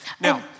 Now